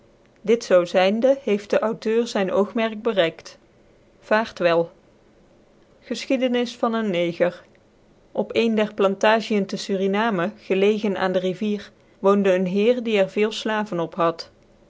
dit zoo zynde heeft den autheur zyn oogmerk bereikt vaart wel geschiedenis r van ccn neger p ccn der plantngicn tc surinamcn gclcgc aan tic rivier woonde ccn heer die er veel slaven op had